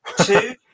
two